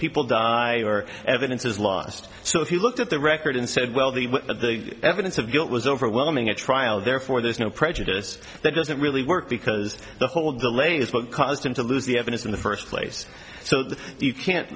people die or evidence is lost so if you looked at the record and said well the evidence of guilt was overwhelming at trial therefore there's no prejudice that doesn't really work because the whole delay is what caused him to lose the evidence in the first place so that you can't